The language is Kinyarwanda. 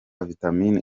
vitamine